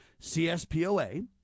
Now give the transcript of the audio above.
CSPOA